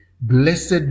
Blessed